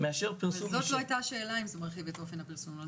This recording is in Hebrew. מאשר פרסום --- לא הייתה שאלה אם זה מרחיב את אופן הפרסום.